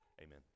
Amen